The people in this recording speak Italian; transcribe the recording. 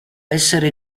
essere